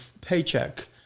paycheck